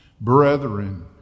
brethren